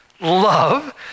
Love